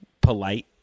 polite